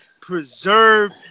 preserve